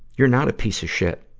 you're not a piece of shit.